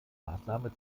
maßnahme